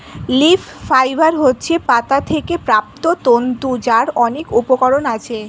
leaf fibre হচ্ছে পাতা থেকে প্রাপ্ত তন্তু যার অনেক উপকরণ আছে